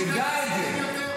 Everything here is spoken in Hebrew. תדע את זה.